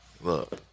Look